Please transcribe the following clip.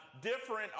different